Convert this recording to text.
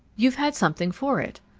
you've had something for it.